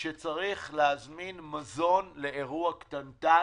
כשצריך להזמין מזון לאירוע קטנטן,